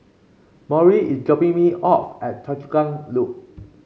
Maury is dropping me off at Choa Chu Kang Loop